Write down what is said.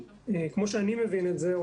כמו שאני מבין את זה,